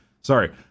Sorry